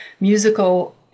musical